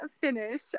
finish